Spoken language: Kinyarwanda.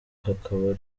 hakaba